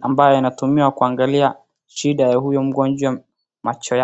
ambayo inatumiwa kuangalia shida ya huyo mgonjwa macho yake.